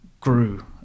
grew